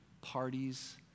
parties